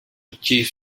chief